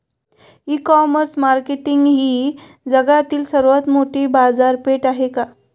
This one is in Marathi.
इ कॉमर्स मार्केट ही जगातील सर्वात मोठी बाजारपेठ आहे का?